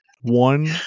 One